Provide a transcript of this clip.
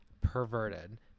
perverted